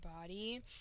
body